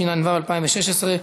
התשע"ו 2016,